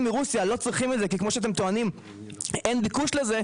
מרוסיה לא צריכים את זה כי כמו שאתם טוענים אין ביקוש לזה,